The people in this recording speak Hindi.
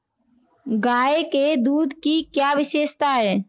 गाय के दूध की क्या विशेषता है?